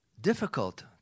difficult